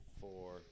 four